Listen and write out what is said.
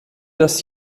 das